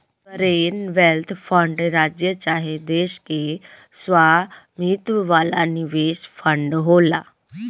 sovereign wealth fund राज्य चाहे देश के स्वामित्व वाला निवेश फंड होला